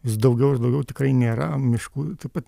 vis daugiau ir daugiau tikrai nėra miškų taip pat